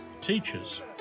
teachers